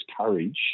courage